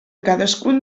cadascun